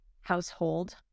household